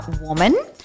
Woman